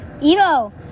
Evo